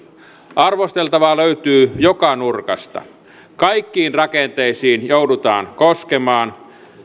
arvosteltavaa löytyy joka nurkasta kaikkiin rakenteisiin joudutaan koskemaan